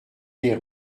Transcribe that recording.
les